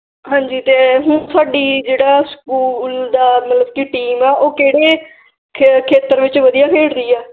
ਹਾਂਜੀ ਅਤੇ ਹੁਣ ਤੁਹਾਡੀ ਜਿਹੜਾ ਸਕੂਲ ਦਾ ਮਤਲਬ ਕਿ ਟੀਮ ਆ ਉਹ ਕਿਹੜੇ ਖੇ ਖੇਤਰ ਵਿੱਚ ਵਧੀਆ ਖੇਡਦੀ ਆ